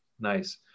Nice